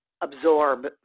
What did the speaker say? absorb